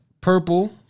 purple